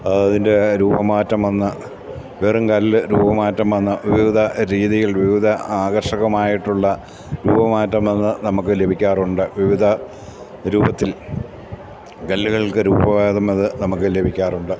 അതിൻ്റെ രൂപമാറ്റം വന്ന് വെറും കല്ല് രൂപമാറ്റം വന്ന് വിവിധ രീതിയിൽ വിവിധ ആകർഷകമായിട്ടുള്ള രൂപമാറ്റം വന്ന് നമുക്ക് ലഭിക്കാറുണ്ട് വിവിധ രൂപത്തിൽ കല്ലുകൾക്ക് രൂപഭേദം വന്ന് നമുക്ക് ലഭിക്കാറുണ്ട്